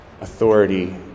authority